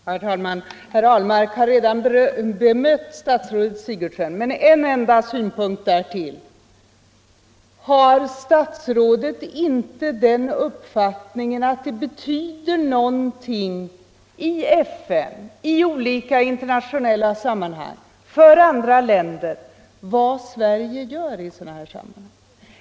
Herr talman! Herr Ahlmark har redan bemött statsrådet Sigurdsen, men jag vill anföra en enda synpunkt därtill.